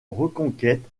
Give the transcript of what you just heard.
reconquête